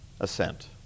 assent